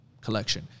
collection